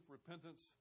repentance